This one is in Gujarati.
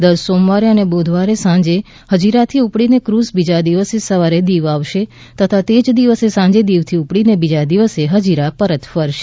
દર સોમવારે અને બુધવારે સાંજે હજીરાથી ઉપડીને ફ્રઝ બીજા દિવસે સવારે દીવ આવશે તથા તે જ દિવસે સાંજે દીવથી ઉપડીને બીજા દિવસે ફજીરા પરત ફરશે